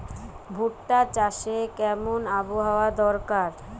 ভুট্টা চাষে কেমন আবহাওয়া দরকার?